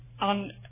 On